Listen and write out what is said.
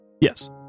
Yes